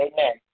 Amen